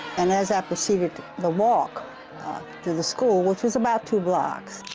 and as i proceeded the walk to the school, which was about two blocks,